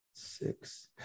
Six